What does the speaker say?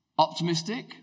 Optimistic